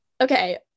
Okay